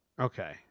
Okay